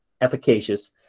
efficacious